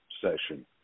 session